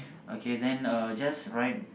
okay then uh just right